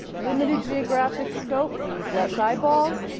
limited geographic scope means less eyeballs,